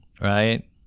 right